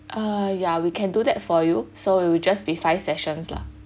uh ya we can do that for you so it will just be five sessions lah